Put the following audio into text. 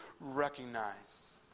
recognize